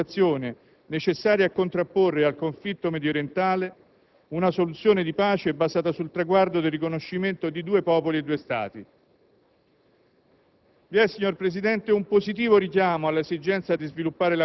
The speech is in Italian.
e l'impegno in quell'area verso un'ulteriore possibile stabilizzazione, necessaria a contrapporre al conflitto mediorientale una soluzione di pace basata sul traguardo del riconoscimento di due popoli e due Stati.